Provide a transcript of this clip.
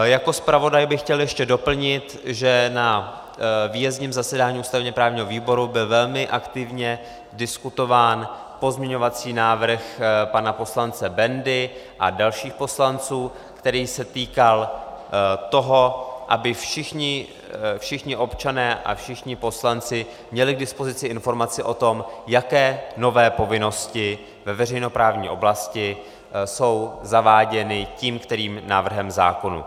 Jako zpravodaj bych chtěl ještě doplnit, že na výjezdním zasedání ústavněprávního výboru byl velmi aktivně diskutován pozměňovací návrh pana poslance Bendy a dalších poslanců, který se týkal toho, aby všichni občané a všichni poslanci měli k dispozici informace o tom, jaké nové povinnosti ve veřejnoprávní oblasti jsou zaváděny tím kterým návrhem zákonů.